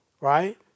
right